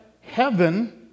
heaven